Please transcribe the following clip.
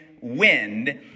wind